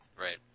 Right